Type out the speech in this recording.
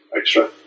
extra